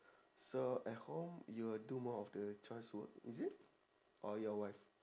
so at home you will do more of the chores work is it or your wife